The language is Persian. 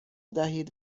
دهید